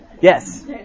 Yes